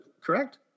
correct